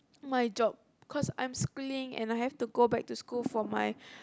my job cause I'm schooling and I have to go back to school for my